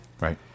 right